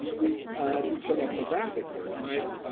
we did some ethnographic work my,